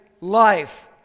life